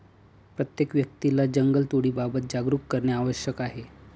प्रत्येक व्यक्तीला जंगलतोडीबाबत जागरूक करणे आवश्यक आहे